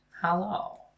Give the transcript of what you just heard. Hello